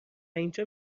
اینجا